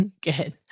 Good